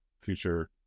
future